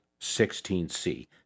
16C